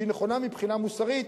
שהיא נכונה מבחינה מוסרית.